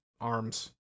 arms